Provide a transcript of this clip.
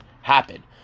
happen